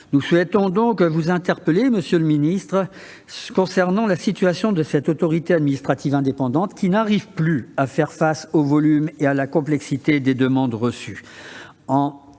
Nous souhaitons donc vous interpeller, monsieur le secrétaire d'État, sur la situation de cette autorité administrative indépendante, qui n'arrive plus à faire face au volume et à la complexité des demandes reçues.